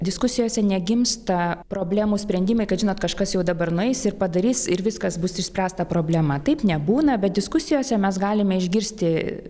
diskusijose negimsta problemų sprendimai kad žinot kažkas jau dabar nueis ir padarys ir viskas bus išspręsta problema taip nebūna bet diskusijose mes galime išgirsti